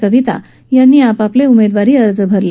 कविता यांनी आपले उमेदवारी अर्ज भरले